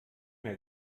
mehr